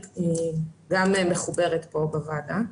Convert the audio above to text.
היא גם מחוברת פה בוועדה.